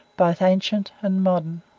both ancient and modern.